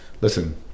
listen